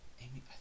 Amy